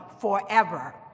forever